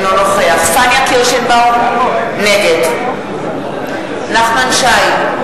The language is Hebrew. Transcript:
אינו נוכח פניה קירשנבאום, נגד נחמן שי,